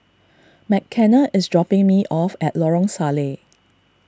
Mckenna is dropping me off at Lorong Salleh